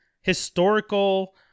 historical